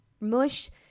mush